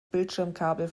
bildschirmkabel